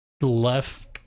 left